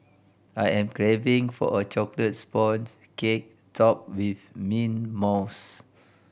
I am craving for a chocolate sponge cake topped with mint mousse